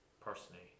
personally